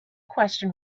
question